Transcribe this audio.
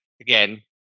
Again